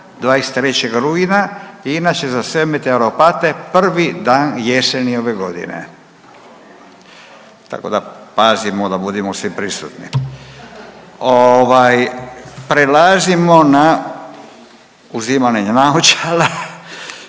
23. rujna, inače za sve meteoropate prvi dan jeseni ove godine, tako da pazimo da budemo svi prisutni. **Jandroković, Gordan